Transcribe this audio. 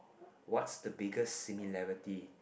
what's the biggest similarity